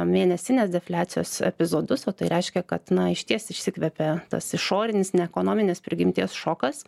mėnesinės defliacijos epizodus o tai reiškia kad na išties išsikvėpė tas išorinis ne ekonominės prigimties šokas